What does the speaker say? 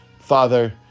Father